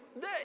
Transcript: day